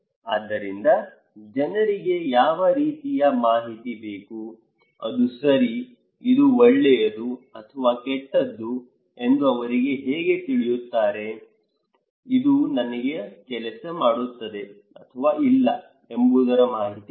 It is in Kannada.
ಆದ್ದರಿಂದ ಜನರಿಗೆ ಯಾವ ರೀತಿಯ ಮಾಹಿತಿ ಬೇಕು ಅದು ಸರಿ ಇದು ಒಳ್ಳೆಯದು ಅಥವಾ ಕೆಟ್ಟದು ಎಂದು ಅವರು ಹೇಗೆ ತಿಳಿಯುತ್ತಾರೆ ಇದು ನನಗೆ ಕೆಲಸ ಮಾಡುತ್ತದೆ ಅಥವಾ ಇಲ್ಲ ಎಂಬುದರ ಮಾಹಿತಿ ಬೇಕು